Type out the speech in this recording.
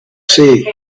see